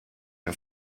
auf